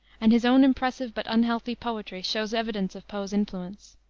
and his own impressive but unhealthy poetry shows evidence of poe's influence.